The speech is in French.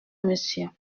monsieur